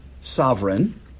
sovereign